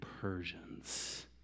Persians